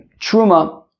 truma